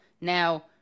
now